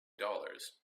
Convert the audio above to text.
dollars